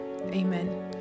Amen